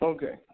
Okay